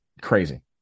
crazy